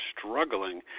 struggling